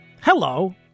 Hello